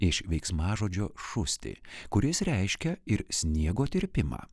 iš veiksmažodžio šusti kuris reiškia ir sniego tirpimą